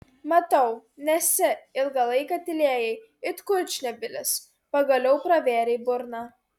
matau nesi ilgą laiką tylėjai it kurčnebylis pagaliau pravėrei burną